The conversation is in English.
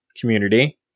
community